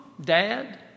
dad